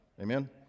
Amen